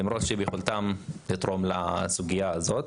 כי יש ביכולתם לתרום לסוגייה הזאת.